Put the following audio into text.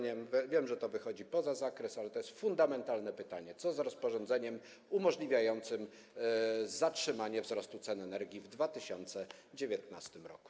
Wiem, że to wychodzi poza zakres, ale to jest fundamentalne pytanie, co z rozporządzeniem umożliwiającym zatrzymanie wzrostu cen energii w 2019 r.